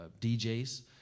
DJs